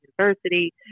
University